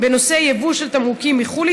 כי שלושתנו מלווים את הנושא של התמרוקים מתחילתו,